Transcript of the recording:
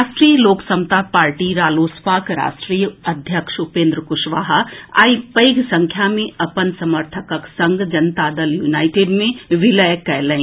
राष्ट्रीय लोक समता पार्टी रालोसपाक राष्ट्रीय अध्यक्ष उपेन्द्र कुशवाहा आई पैघ संख्या मे अपन समर्थकक संग जनता दल यूनाईटेड मे विलय कएलनि